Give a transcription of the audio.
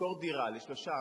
תשכור דירה לשלושה,